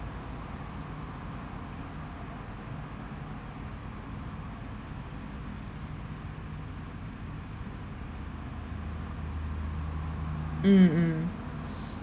mm mm